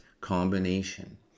combination